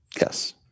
Yes